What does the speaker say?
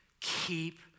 keep